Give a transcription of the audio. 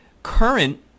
current